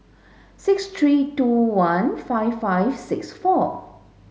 six three two one five five six four